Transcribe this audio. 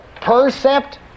percept